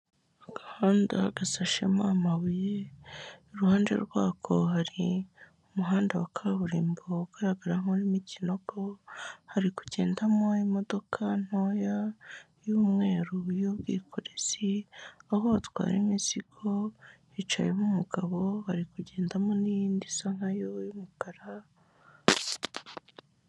Agahanda gasashemo amabuye, iruhande rwako hari umuhanda wa kaburimbo ugaragara nk'urimo ikinogo, hari kugendamo imodoka ntoya y'umweru y'ubwikorezi, aho batwara imizigo hicayemo umugabo ari kugendamo n'iyindi isa nka yo y'umukara...